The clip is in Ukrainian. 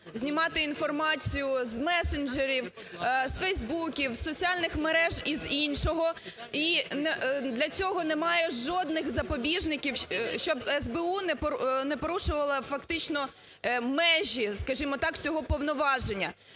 знімати інформацію змесенджерів, з фейсбуків, з соціальних мереж і з іншого, і для цього немає жодних запобіжників, щоб СБУ не порушувало фактично межі, скажімо так, цього повноваження.